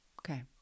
Okay